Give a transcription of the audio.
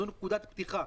זאת נקודת פתיחה.